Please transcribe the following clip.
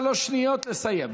33 שניות לסיים.